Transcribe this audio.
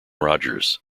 rogers